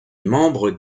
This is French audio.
membre